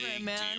man